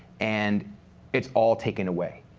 and it's all taken away.